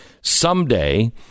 Someday